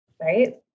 right